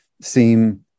seem